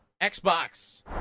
Xbox